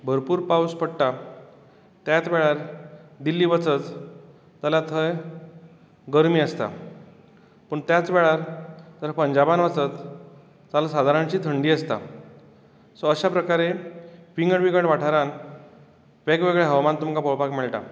भरपूर पावस पडटा त्याच वेळार दिल्ली वचत जाल्यार थंय गर्मी आसता पूण त्याच वेळार जर पंजाबांत वचत जाल्यार सादारणशी थंडी आसता सो अशा प्रकारे विंगड विंगड वाठारान वेगवेगळें हवामान तुमकां पळोवपाक मेळटा